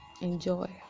enjoy